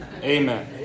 Amen